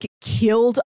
killed